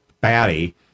batty